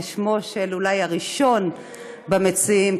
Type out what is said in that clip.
ושמו של הראשון אולי במציעים,